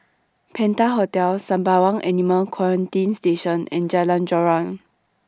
Penta Hotel Sembawang Animal Quarantine Station and Jalan Joran